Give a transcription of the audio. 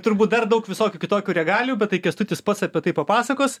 turbūt dar daug visokių kitokių regalijų bet tai kęstutis pats apie tai papasakos